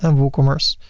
and woocommerce,